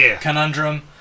conundrum